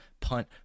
punt